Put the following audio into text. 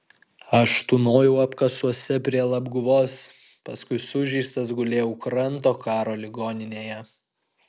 aš tūnojau apkasuose prie labguvos paskui sužeistas gulėjau kranto karo ligoninėje